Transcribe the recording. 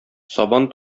сабан